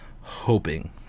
hoping